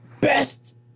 best